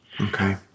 Okay